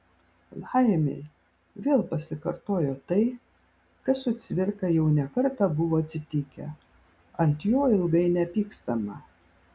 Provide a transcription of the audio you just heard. laimei vėl pasikartojo tai kas su cvirka jau ne kartą buvo atsitikę ant jo ilgai nepykstama